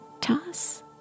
toss